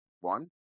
one